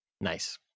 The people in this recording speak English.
nice